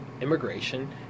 immigration